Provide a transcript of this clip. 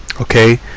okay